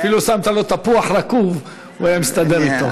אפילו שמת לו תפוח רקוב, הוא היה מסתדר אתו.